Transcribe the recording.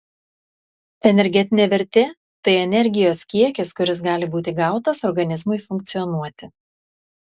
energetinė vertė tai energijos kiekis kuris gali būti gautas organizmui funkcionuoti